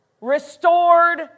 restored